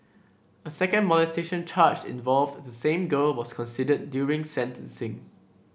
a second molestation charge involved the same girl was considered during sentencing